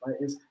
right